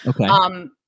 Okay